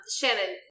Shannon